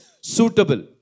Suitable